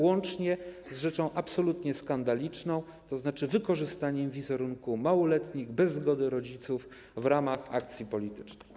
Łącznie z rzeczą absolutnie skandaliczną, to znaczy wykorzystaniem wizerunku małoletnich bez zgody rodziców w ramach akcji politycznej.